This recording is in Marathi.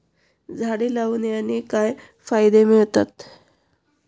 झाडे लावण्याने काय फायदे मिळतात?